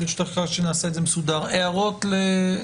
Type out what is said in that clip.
יש הערות?